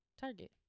Target